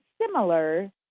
similar